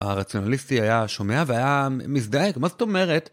הרציונליסטי היה שומע והיה מזדעק, מה זאת אומרת?